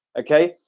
okay,